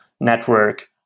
network